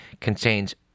contains